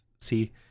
see